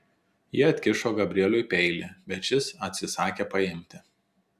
jis atkišo gabrieliui peilį bet šis atsisakė paimti